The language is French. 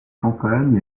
campagne